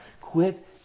quit